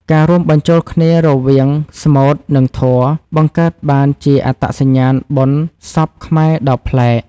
ការរួមបញ្ចូលគ្នារវាងស្មូត និងធម៌ បង្កើតបានជាអត្តសញ្ញាណបុណ្យសពខ្មែរដ៏ប្លែក។